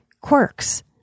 quirks